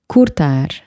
cortar